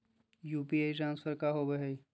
UPI transfer का होव हई?